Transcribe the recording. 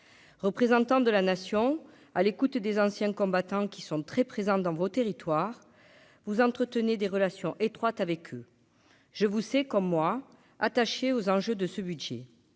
représentant de la nation à l'écoute des anciens combattants qui sont très présentes dans vos territoires vous entretenez des relations étroites avec eux, je vous c'est comme moi, attaché aux enjeux de ce budget,